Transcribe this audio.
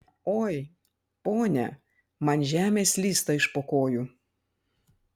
oi ponia man žemė slysta iš po kojų